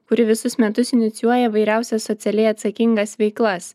kuri visus metus inicijuoja įvairiausias socialiai atsakingas veiklas